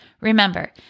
Remember